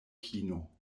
kino